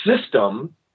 system